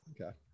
Okay